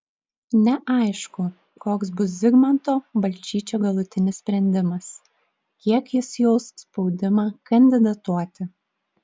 neaišku koks bus zigmanto balčyčio galutinis sprendimas kiek jis jaus spaudimą kandidatuoti